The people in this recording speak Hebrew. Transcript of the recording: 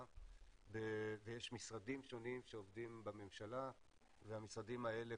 ויש משרדים שונים שעובדים בממשלה והמשרדים האלה,